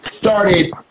started